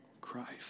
Christ